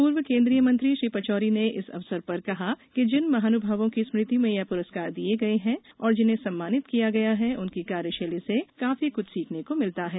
पूर्व केन्द्रीय मंत्री श्री पचौरी ने इस अवसर पर कहा कि जिन महानुभावों की स्मृति में यह पुरस्कार दिये गये है और जिन्हें सम्मानित किया गया है उनकी कार्यशैली से काफी कुछ सीखने को मिलता है